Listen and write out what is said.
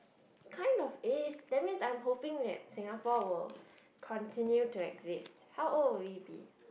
kind of is that means I'm hoping that Singapore will continue to exist how old will we be